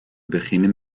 beginnen